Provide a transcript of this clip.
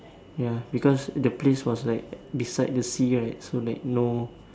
ya because the place was like beside the sea right so like no